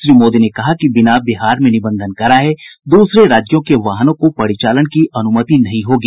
श्री मोदी ने कहा कि बिना बिहार में निबंधन कराये दूसरे राज्यों के वाहनों को परिचालन की अनुमति नहीं होगी